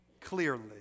clearly